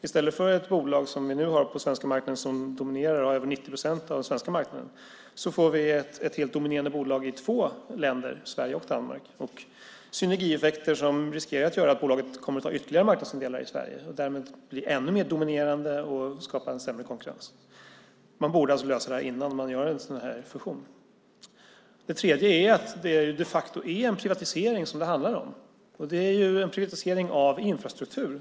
I stället för ett bolag som nu dominerar på den svenska marknaden, med över 90 procent av marknaden, får vi ett helt dominerande bolag i två länder, Sverige och Danmark, med synergieffekter som riskerar att göra att bolaget kommer att ta ytterligare marknadsandelar i Sverige och därmed bli ännu mer dominerande och skapa sämre konkurrens. Man borde alltså lösa det innan man gör en fusion. Det tredje är att det de facto handlar om en privatisering, en privatisering av infrastruktur.